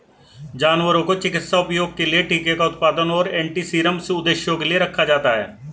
जानवरों को चिकित्सा उपयोग के लिए टीके का उत्पादन और एंटीसीरम उद्देश्यों के लिए रखा जाता है